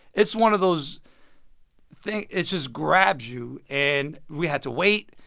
it's one of those things it just grabs you. and we had to wait.